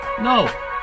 No